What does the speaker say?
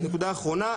נקודה אחרונה: